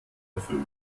erfüllt